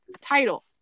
title